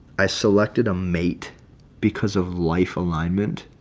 i selected a mate because of life alignment.